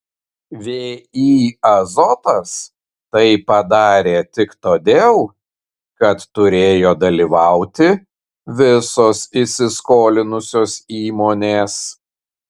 vį azotas tai padarė tik todėl kad turėjo dalyvauti visos įsiskolinusios įmonės